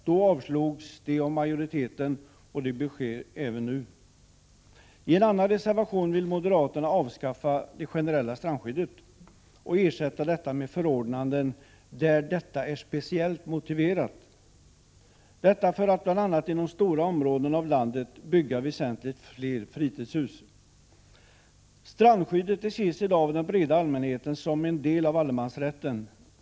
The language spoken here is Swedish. Då avslogs förslagen av majoriteten, och så bör ske även nu. I en annan reservation vill moderaterna avskaffa det generella strandskyddet och ersätta detta med förordnanden där det är speciellt motiverat — detta för att bl.a. inom stora områden i landet bygga väsentligt fler fritidshus. Strandskyddet betraktas i dag av den breda allmänheten som en del av allemansrätten.